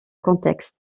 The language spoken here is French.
contexte